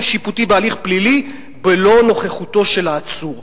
שיפוטי בהליך פלילי בלא נוכחותו של העצור".